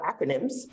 acronyms